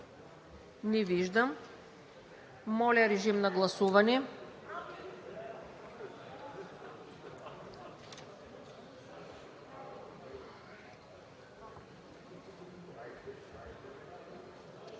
Не виждам. Режим на гласуване